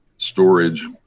storage